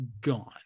gone